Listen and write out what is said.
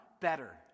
better